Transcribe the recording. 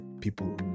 people